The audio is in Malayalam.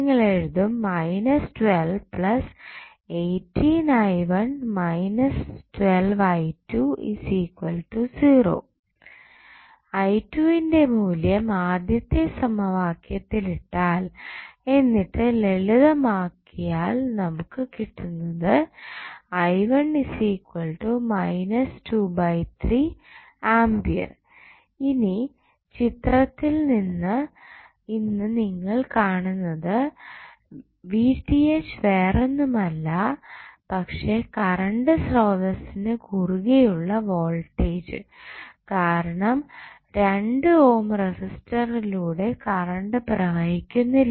നിങ്ങൾ എഴുത്തും ന്റെ മൂല്യം ആദ്യത്തെ സമവാക്യത്തിൽ ഇട്ടാൽ എന്നിട്ട് ലളിതം ആക്കിയാൽ നമുക്ക് കിട്ടുന്നത് ഇനി ചിത്രത്തിൽനിന്ന് ഇന്ന് നിങ്ങൾ കാണുന്നത് വേറൊന്നും അല്ല പക്ഷേ കറണ്ട് സ്രോതസ്സിന് കുറുകെയുള്ള വോൾട്ടേജ് കാരണം 2 ഓം റെസിസ്റ്ററിലൂടെ കറണ്ട് പ്രവഹിക്കുന്നില്ല